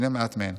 הינה מעט מהן: